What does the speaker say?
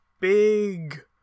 big